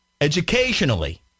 educationally